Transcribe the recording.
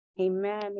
Amen